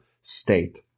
state